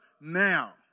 now